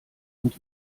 und